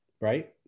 Right